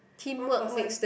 one person